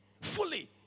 fully